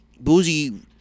Boozy